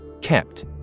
kept